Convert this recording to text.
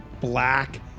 black